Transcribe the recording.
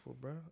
bro